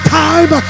time